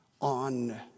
on